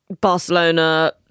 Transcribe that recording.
Barcelona